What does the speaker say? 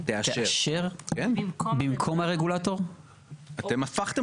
בהתחלה לגבי אישור שתיקה ואז לא הפרעתי